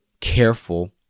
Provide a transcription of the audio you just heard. careful